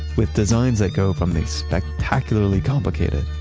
with designs that go from the spectacularly complicated,